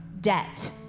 debt